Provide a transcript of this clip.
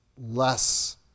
less